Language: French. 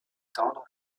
tendre